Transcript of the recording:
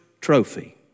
trophy